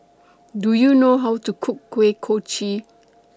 Do YOU know How to Cook Kuih Kochi